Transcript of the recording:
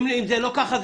אם זה לא כך,